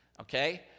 okay